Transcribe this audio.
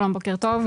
שלום, בוקר טוב.